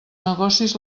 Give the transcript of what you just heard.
negocis